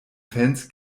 fans